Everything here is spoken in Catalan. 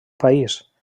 país